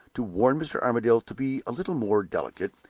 to warn mr. armadale to be a little more delicate,